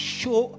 show